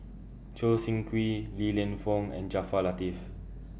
Choo Seng Quee Li Lienfung and Jaafar Latiff